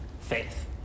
faith